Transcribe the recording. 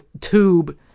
tube